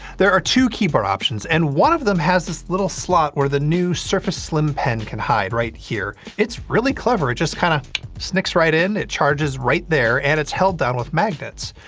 there are two keyboard options, and one of them has this little slot where the new surface slim pen can hide, right here. it's really clever! it just kinda snicks right in, it charges right there, and it's held down with magnets.